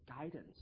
guidance